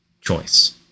choice